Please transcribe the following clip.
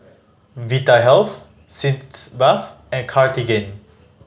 Vitahealth Sitz Bath and Cartigain